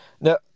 No